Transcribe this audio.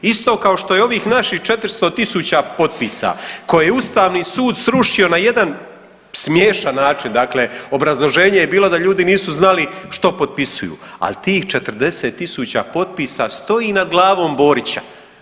Isto kao što i ovih naših 400 tisuća potpisa koje je Ustavni sud srušio na jedan smiješan način, dakle, obrazloženje je bilo da ljudi nisu znali što potpisuju, ali tih 40 tisuća potpisa stoji nad glavom Borića.